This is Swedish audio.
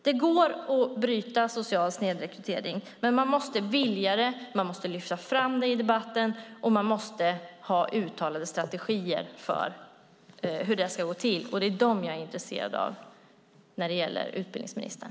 Det går att bryta social snedrekrytering, men man måste vilja det, man måste lyfta fram det i debatten, och man måste ha uttalade strategier för hur det ska gå till. Det är dem jag är intresserad av att höra från utbildningsministern.